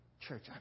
Church